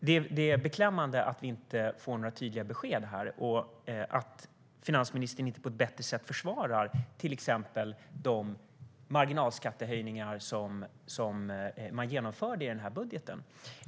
Det är beklämmande att inte få några tydliga besked och att finansministern inte på ett bättre sätt försvarar till exempel de marginalskattehöjningar som man genomförde i budgeten.